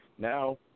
Now